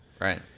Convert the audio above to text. Right